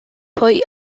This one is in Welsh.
pwy